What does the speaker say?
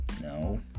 No